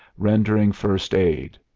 rendering first aid.